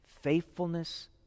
faithfulness